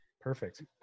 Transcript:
Perfect